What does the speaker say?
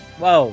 Whoa